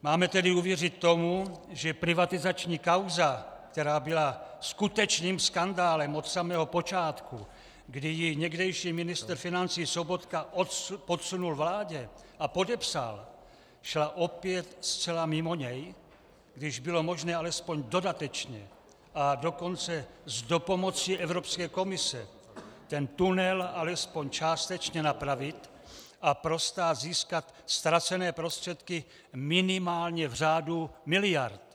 Máme tedy uvěřit tomu, že privatizační kauza, která byla skutečným skandálem od samého počátku, kdy ji tehdejší ministr financí Sobotka podsunul vládě a podepsal, šla opět zcela mimo něj, když bylo možné alespoň dodatečně, a dokonce s dopomocí Evropské komise ten tunel alespoň částečně napravit a pro stát získat ztracené prostředky minimálně v řádu miliard.